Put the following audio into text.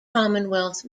commonwealth